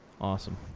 Awesome